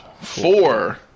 four